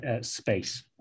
space